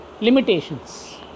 limitations